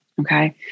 Okay